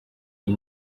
iyi